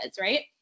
right